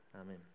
Amen